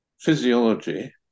Physiology